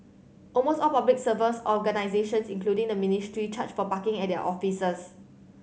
almost all Public Service organisations including the ministry charge for parking at their offices